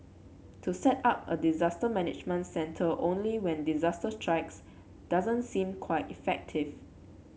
to set up a disaster management centre only when disaster strikes doesn't seem quite effective